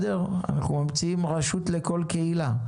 אנחנו ממציאים רשות לכל קהילה.